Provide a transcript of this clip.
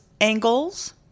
angles